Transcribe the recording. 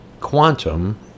Quantum